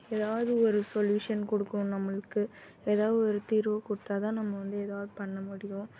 ஏதாவது ஒரு சொல்யூஷன் கொடுக்கும் நம்மளுக்கு ஏதாே ஒரு தீர்வு கொடுத்தா தான் நம்ம வந்து ஏதாவது பண்ண முடியும்